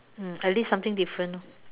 mm at least something different lor